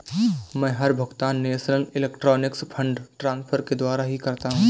मै हर भुगतान national electronic funds transfer के द्वारा ही करता हूँ